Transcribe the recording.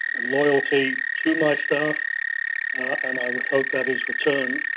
loyalty to my staff and i would hope that is returned.